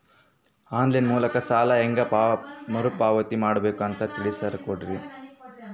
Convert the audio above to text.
On line ಮೂಲಕ ಸಾಲ ಹೇಂಗ ಮರುಪಾವತಿ ಮಾಡಬೇಕು ಅಂತ ತಿಳಿಸ ಕೊಡರಿ?